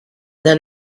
then